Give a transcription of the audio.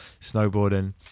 snowboarding